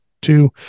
two